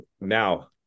now